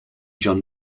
john